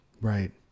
Right